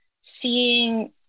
seeing